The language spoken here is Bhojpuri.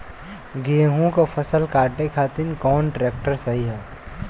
गेहूँक फसल कांटे खातिर कौन ट्रैक्टर सही ह?